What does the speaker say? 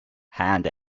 hand